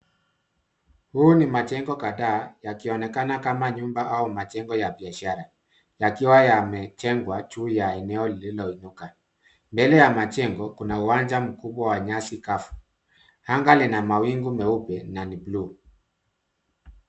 Huu ni majengo kadhaa yakionekana kama nyumba au majengo ya biashara yakiwa yamejengwa juu ya eneo lililoinuka mbele ya majengo kuna uwanja mkubwa wa nyasi kavu anga lina mawingu meupe na ni buluu.